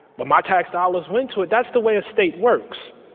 but my tax dollars went to it. that's the way a state works.